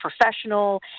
professional